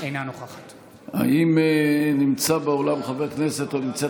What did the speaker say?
אינה נוכחת האם נמצא באולם חבר כנסת או נמצאת